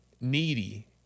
needy